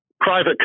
private